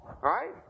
Right